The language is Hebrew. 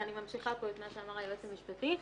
ואני ממשיכה פה את מה שאמר היועץ המשפטי: